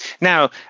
Now